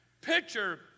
picture